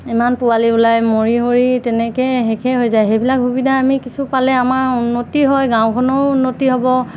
ইমান পোৱালি ওলাই মৰি হৰি তেনেকৈ শেষেই হৈ যায় সেইবিলাক সুবিধা আমি কিছু পালে আমাৰ উন্নতি হয় গাঁওখনৰো উন্নতি হ'ব